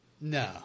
No